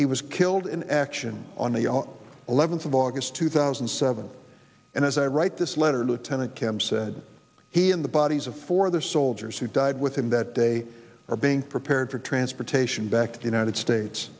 he was killed in action on the eleventh of august two thousand and seven and as i write this letter lieutenant cam said he and the bodies of four other soldiers who died with him that day are being prepared for transportation back to united states